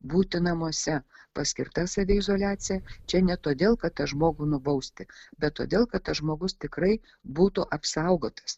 būti namuose paskirta saviizoliacija čia ne todėl kad tą žmogų nubausti bet todėl kad tas žmogus tikrai būtų apsaugotas